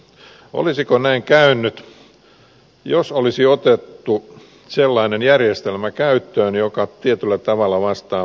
olisiko näin käynyt jos olisi otettu sellainen järjestelmä käyttöön joka tietyllä tavalla vastaa finanssiveroa